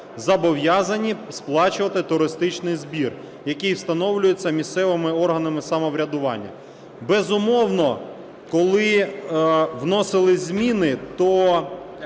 зобов'язані сплачувати туристичний збір, який встановлюється місцевими органами самоврядування. Безумовно, коли вносились зміни, то